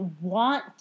want